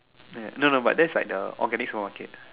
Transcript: meh no no but that's like the organic supermarket